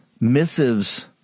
missives